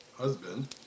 husband